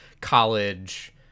college